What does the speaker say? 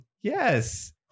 yes